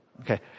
Okay